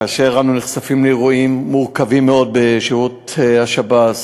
כאשר אנו נחשפים לאירועים מורכבים מאוד בשירות בתי-הסוהר,